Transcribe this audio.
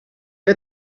què